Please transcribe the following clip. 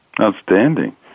Outstanding